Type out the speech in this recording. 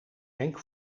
henk